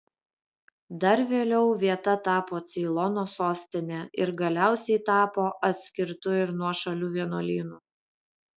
dar vėliau vieta tapo ceilono sostine ir galiausiai tapo atskirtu ir nuošaliu vienuolynu